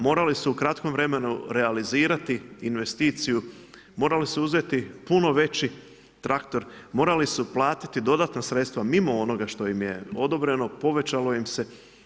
Morali su u kratkom vremenu realizirati investiciju, morali su uzeti puno veći traktor, morali su platiti dodatna sredstva mimo onoga što im je odobreno, povećalo im se.